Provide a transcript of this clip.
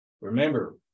Remember